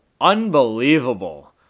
unbelievable